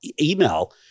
email